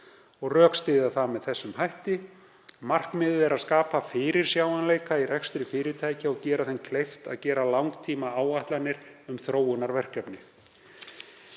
það rökstutt með þessum hætti: „Markmiðið er að skapa fyrirsjáanleika í rekstri fyrirtækja og gera þeim kleift að gera langtímaáætlanir um þróunarverkefni.“